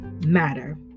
matter